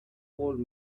old